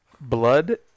blood